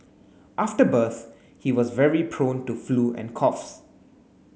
after birth he was very prone to flu and coughs